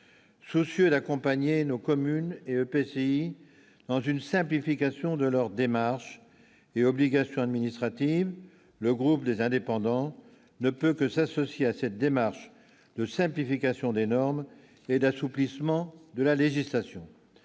soucieux d'accompagner nos communes et EPCI dans une simplification de leur démarche et obligations administratives, le groupe des indépendants ne peut que s'associer à cette démarche de simplification des normes et d'assouplissement de la législation